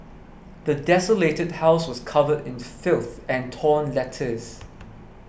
the desolated house was covered in filth and torn letters